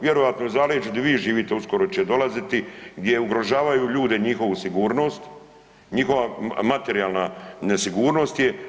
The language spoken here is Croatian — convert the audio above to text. Vjerojatno i u zaleđu gdje vi živite uskoro će dolaziti gdje ugrožavaju ljude njihovu sigurnost, njihova materijalna nesigurnost je.